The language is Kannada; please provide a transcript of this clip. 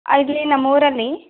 ಅಲ್ಲಿ ನಮ್ಮ ಊರಲ್ಲಿ